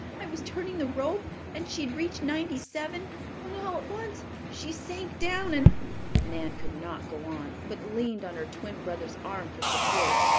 i was turning the rope and she had reached ninety-seven, when all at once she sank down, and nan could not go on, but leaned on her twin brother's arm for support.